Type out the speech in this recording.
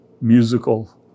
musical